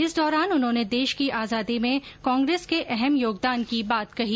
इस दौरान उन्होंने देश की आजादी में कांग्रेस के अहम योगदान की बात कही